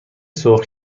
سرخ